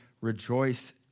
rejoice